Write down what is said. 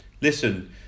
listen